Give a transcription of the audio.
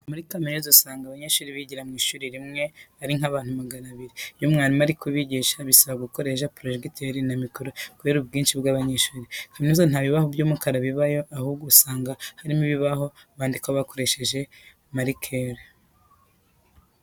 Muri kaminuza usanga abanyeshuri bigira mu ishuri rimwe ari nk'abantu magana abiri. Iyo mwarimu ari kwigisha bisaba ko akoresha porojegiteri na mikoro kubera ubwinshi bw'abanyeshuri. Kaminuza nta bibaho by'umukara bibayo ahubwo usanga harimo ibibaho bandikaho bakoresheje marikeri.